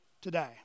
today